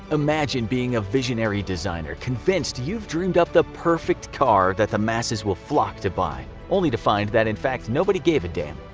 imagine being a visionary designer, convinced you've dreamed up the perfect car that the masses will flock to buy. only to find that, in fact, nobody gave a damn.